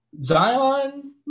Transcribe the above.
Zion